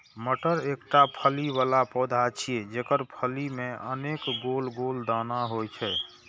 मटर एकटा फली बला पौधा छियै, जेकर फली मे अनेक गोल गोल दाना होइ छै